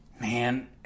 man